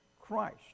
Christ